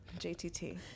JTT